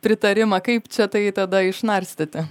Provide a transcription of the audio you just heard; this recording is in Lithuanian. pritarimą kaip čia tai tada išnarstyti